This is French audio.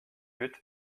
but